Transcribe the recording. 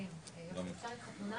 הישיבה ננעלה